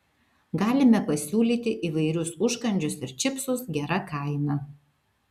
galime pasiūlyti įvairius užkandžius ir čipsus gera kaina